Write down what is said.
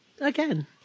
Again